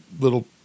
little